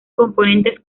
componentes